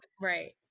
right